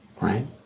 right